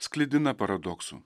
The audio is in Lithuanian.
sklidina paradoksų